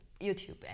YouTube